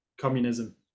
communism